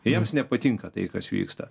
ir jiems nepatinka tai kas vyksta